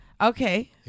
Okay